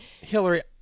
Hillary